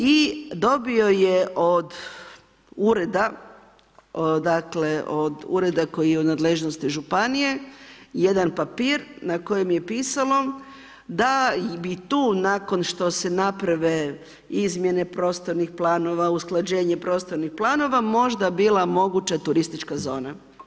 I dobio je od ureda dakle, od ureda koji je u nadležnosti županije, jedan papir, na kojem je pisalo, da bi i tu nakon što se naprave izmjene prostornih planova, usklađenje prostornih planova, možda bila moguća turistička zona.